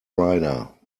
rider